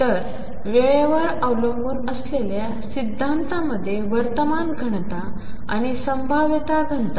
तर वेळेवरअवलंबूनअसलेल्यासिद्धांतामध्येवर्तमानघनताआणिसंभाव्यताघनता